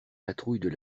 patrouilles